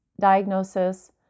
diagnosis